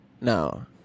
No